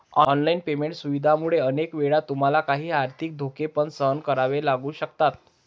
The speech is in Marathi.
ऑनलाइन पेमेंट सुविधांमुळे अनेक वेळा तुम्हाला काही आर्थिक धोके पण सहन करावे लागू शकतात